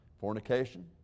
Fornication